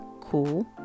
cool